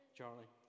Charlie